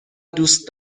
دوست